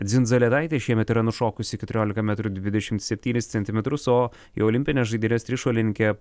dzindzaletaitė šiemet yra nušokusi keturiolika metrų dvidešimt septynis centimetrus o į olimpines žaidynes trišuolininkė